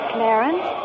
Clarence